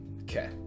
Okay